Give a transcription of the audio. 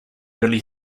early